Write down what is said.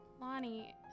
Lonnie